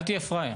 אל תהיה פראייר.